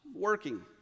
Working